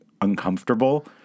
uncomfortable